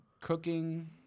cooking